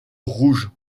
rouge